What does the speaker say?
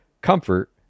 comfort